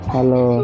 Hello